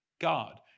God